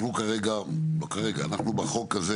בחוק הזה